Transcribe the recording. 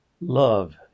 love